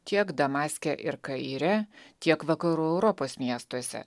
tiek damaske ir kaire tiek vakarų europos miestuose